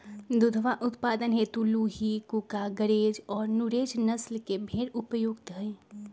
दुधवा उत्पादन हेतु लूही, कूका, गरेज और नुरेज नस्ल के भेंड़ उपयुक्त हई